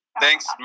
thanks